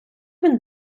він